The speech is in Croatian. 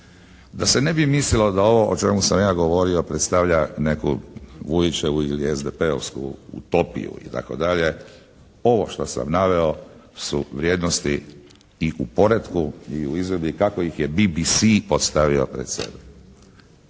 Da se ne bi mislilo da ovo o čemu sam ja govorio predstavlja neku Vujićevu ili SDP-ovsku utopiju itd. Ovo što sam naveo su vrijednosti i u poretku i u izvedbi kako ih je BBC postavio pred sebe.